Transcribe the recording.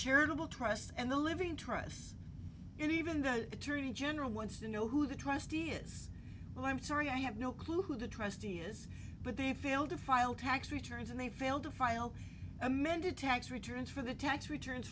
charitable trust and the living trusts even though the attorney general wants to know who the trustee is but i'm sorry i have no clue who the trustee is but they failed to file tax returns and they failed to file amended tax returns for the tax returns